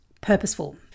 purposeful